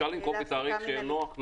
אפשר לנקוב בתאריך שיהיה נוח?